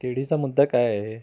केळीचा मुद्दा काय आहे